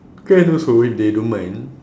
can also if they don't mind